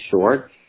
short